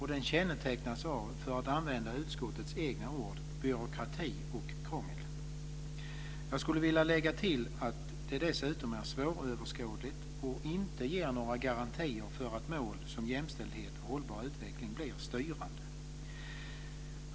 Det kännetecknas av, för att använda sig av utskottets egna ord, byråkrati och krångel. Jag skulle vilja lägga till att det dessutom är svåröverskådligt och inte ger några garantier för att mål som jämställdhet och hållbar utveckling blir styrande.